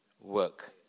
work